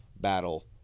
battle